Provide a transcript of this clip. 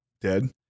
dead